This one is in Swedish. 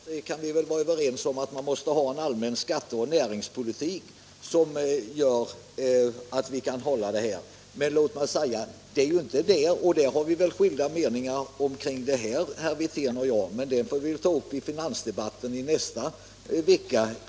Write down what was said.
Herr talman! Vi kan väl vara överens om att den allmänna skatteoch näringspolitiken är av stor betydelse. Om denna har herr Wirtén och jag skilda meningar, men den diskussionen får vi ta i samband med finansdebatten nästa vecka.